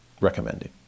recommending